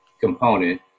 component